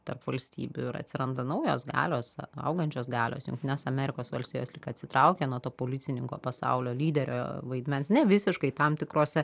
tarp valstybių ir atsiranda naujos galios augančios galios jungtinės amerikos valstijos lyg atsitraukia nuo to policininko pasaulio lyderio vaidmens ne visiškai tam tikruose